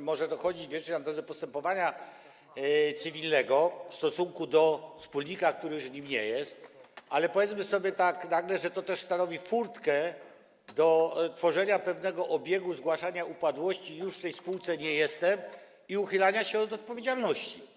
może dochodzić zaspokojenia roszczeń na drodze postępowania cywilnego w stosunku do wspólnika, który już nim nie jest, ale powiedzmy sobie tak nagle, że to też stanowi furtkę do tworzenia pewnego obiegu zgłaszania upadłości: już w tej spółce nie jestem, i uchylania się od odpowiedzialności.